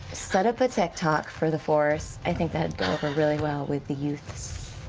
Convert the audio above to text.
set up a tech talk for the force. i think that'd go over really well with the youths.